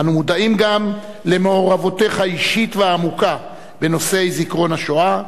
אנו מודעים גם למעורבותך האישית והעמוקה בנושאי זיכרון השואה,